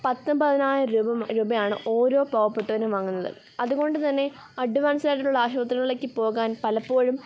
പത്തും പതിനായിരം രൂപ രൂപയാണ് ഓരോ പാവപ്പെട്ടവനും വാങ്ങുന്നത് അതുകൊണ്ട് തന്നെ അഡ്വാൻസ്ഡ് ആയിട്ടുള്ള ആശുപത്രികളിലേക്ക് പോകാൻ പലപ്പോഴും